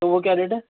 وہ کیا ریٹ ہے